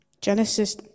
Genesis